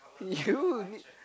you need